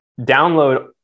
download